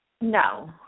No